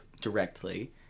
directly